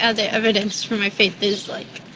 other evidence for my faith is like